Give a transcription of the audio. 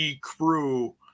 crew